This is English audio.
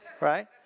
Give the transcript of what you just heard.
right